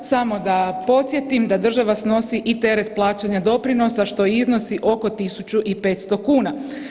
Samo da podsjetim da država nosi i teret plaćanja doprinosa što iznosi oko 1.500 kuna.